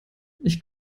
ich